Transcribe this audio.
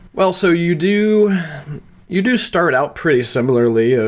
well, so you do you do start out pretty similarly. ah